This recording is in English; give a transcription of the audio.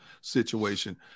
situation